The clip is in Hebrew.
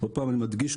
אני מדגיש,